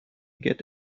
get